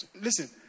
Listen